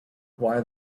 why